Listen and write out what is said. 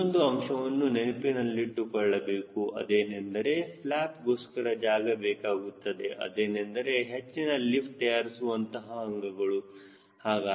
ನೀವು ಇನ್ನೊಂದು ಅಂಶವನ್ನು ನೆನಪಿನಲ್ಲಿಟ್ಟುಕೊಳ್ಳಬೇಕು ಅದೇನೆಂದರೆ ಫ್ಲ್ಯಾಪ್ಗೋಸ್ಕರ ಜಾಗ ಬೇಕಾಗುತ್ತದೆ ಅದೇನೆಂದರೆ ಹೆಚ್ಚಿನ ಲಿಫ್ಟ್ ತಯಾರಿಸುವಂತಹ ಅಂಗಗಳು